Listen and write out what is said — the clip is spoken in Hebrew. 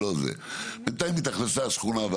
בינתיים התאכלסה השכונה,